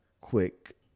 quick